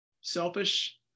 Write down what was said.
Selfish